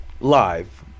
live